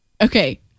Okay